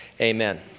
amen